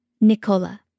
Nicola